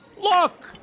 Look